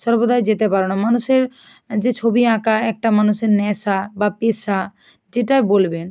সর্বদাই যেতে পারবো না মানুষের যে ছবি আঁকা একটা মানুষের নেশা বা পেশা যেটা বলবেন